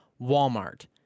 Walmart